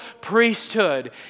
priesthood